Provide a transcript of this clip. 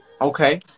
Okay